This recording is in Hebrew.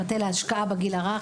המטה להשקעה בגיל הרך.